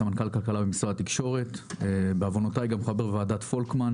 סמנכ"ל כלכלה במשרד התקשורת וגם חבר ועדת פולקמן